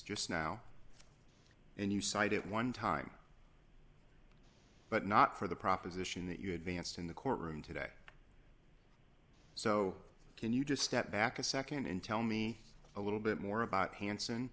just now and you cite it one time but not for the proposition that you advanced in the courtroom today so can you just step back a nd and tell me a little bit more about hans